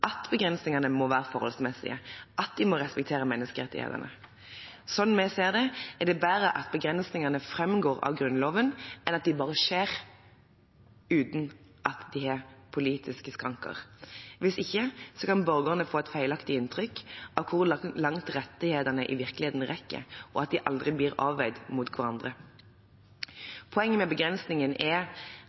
at begrensningene må være forholdsmessige, at de må respektere menneskerettighetene. Slik vi ser det, er det bedre at begrensningene framgår av Grunnloven, enn at de bare skjer uten at de har politiske skranker. Hvis ikke kan borgerne få et feilaktig inntrykk av hvor langt rettighetene i virkeligheten rekker, og at de aldri blir avveid mot hverandre. Poenget med begrensningen er